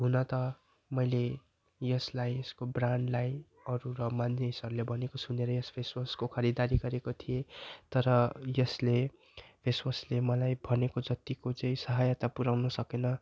हुन त मैले यसलाई यसको ब्रान्डलाई अरू र मानिसहरूले भनेको सुनेरै यस फेसवासको खरिदारी गरेको थिएँ तर यसले फेसवासले मलाई भनेको जत्तिको चाहिँ सहायता पुऱ्याउन सकेन